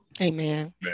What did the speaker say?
Amen